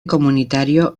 comunitario